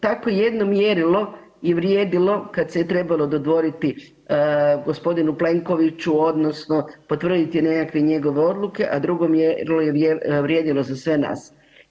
Tako jedno mjerilo je vrijedilo kad se je trebalo dodvoriti gospodinu Plenkoviću odnosno potvrditi nekakve njegove odluke, a drugo mjerilo je vrijedilo za sve nas.